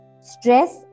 Stress